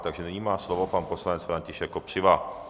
Takže nyní má slovo pan poslanec František Kopřiva.